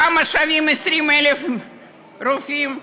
כמה שווים 20,000 רופאים?